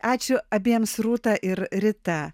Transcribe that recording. ačiū abiems rūta ir rita